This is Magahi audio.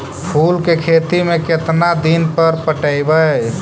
फूल के खेती में केतना दिन पर पटइबै?